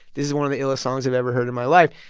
this is one of the illest songs i've ever heard in my life.